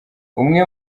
umwe